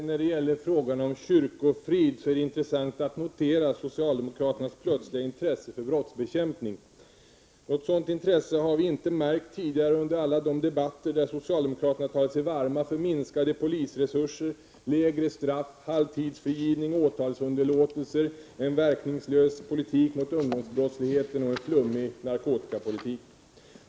Herr talman! I fråga om kyrkofriden är det intressant att notera socialdemokraternas plötsliga intresse för brottsbekämpning. Något sådant intresse har vi inte tidigare märkt under alla de debatter där socialdemokraterna talat sig varma för minskade polisresurser, lindrigare straff, halvtidsfrigivning, åtalsunderlåtelser, en verkningslös politik på ungdomsbrottslighetens område och en flummig narkotikapolitik.